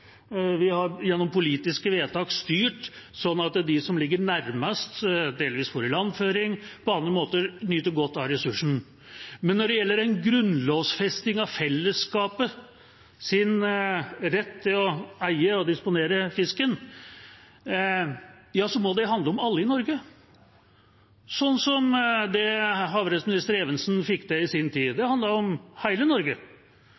Vi har gjennom politiske vedtak styrt sånn at de som ligger nærmest, delvis får ilandføring og på andre måter nyter godt av ressursen. Men når det gjelder en grunnlovfesting av fellesskapets rett til å eie og disponere fisken, må det handle om alle i Norge, slik havrettsminister Evensen fikk det til i sin tid. Det handlet om hele Norge.